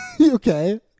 Okay